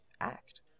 act